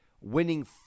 Winning